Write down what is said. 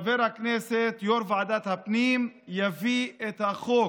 יו"ר ועדת הפנים, יביא את החוק.